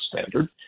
standard